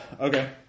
Okay